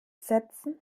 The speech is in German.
setzen